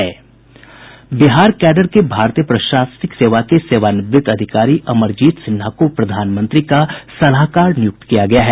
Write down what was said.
Bihar cadre के भारतीय प्रशासनिक सेवा के सेवानिवृत्त अधिकारी अमरजीत सिन्हा को प्रधानमंत्री का सलाहकार निय्रक्त किया गया है